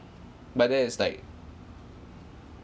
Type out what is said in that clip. but that it's like